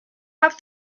have